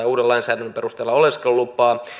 uuden lainsäädännön perusteella oleskelulupaa